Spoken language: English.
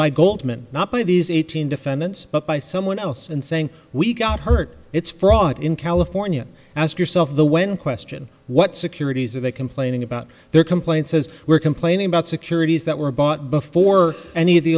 by goldman not by these eighteen defendants but by someone else and saying we got hurt it's fraud in california ask yourself the when question what securities are they complaining about their complaint says we're complaining about securities that were bought before any of the